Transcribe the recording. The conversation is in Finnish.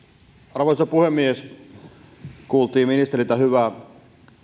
arvoisa puhemies kuultiin ministeriltä hyvä